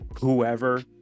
whoever